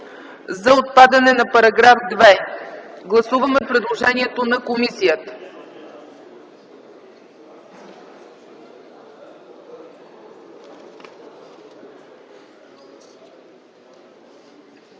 за отпадане на § 2. Гласуваме предложението на комисията.